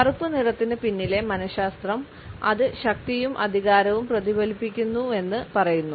കറുപ്പ് നിറത്തിന് പിന്നിലെ മനശാസ്ത്രം അത് ശക്തിയും അധികാരവും പ്രതിഫലിപ്പിക്കുന്നുവെന്ന് പറയുന്നു